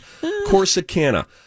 Corsicana